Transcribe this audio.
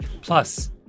Plus